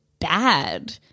bad